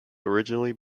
originally